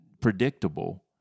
predictable